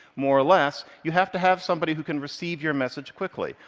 more or less, you have to have somebody who can receive your message quickly.